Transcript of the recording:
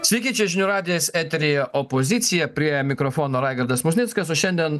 sveiki čia žinių radijas eteryje opozicija prie mikrofono raigardas musnickas o šiandien